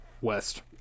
West